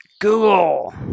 Google